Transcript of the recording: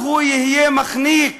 אך הוא יהיה מחניק